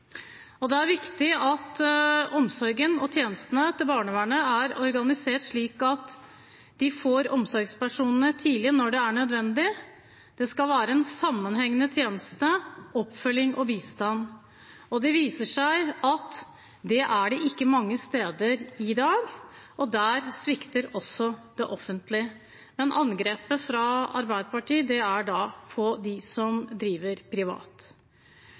Det er viktig at omsorgen og tjenestene til barnevernet er organisert slik at de får omsorgspersonene tidlig når det er nødvendig. Det skal være en sammenhengende tjeneste, oppfølging og bistand. Det viser seg at det er det ikke mange steder i dag, og der svikter også det offentlige. Men angrepet fra Arbeiderpartiet er rettet mot dem som driver privat.